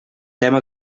tema